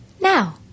now